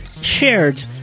shared